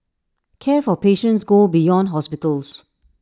care for patients go beyond hospitals